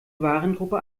warengruppe